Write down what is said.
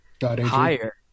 higher